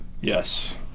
Yes